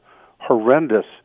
horrendous